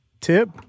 tip